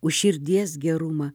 už širdies gerumą